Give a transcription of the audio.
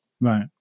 Right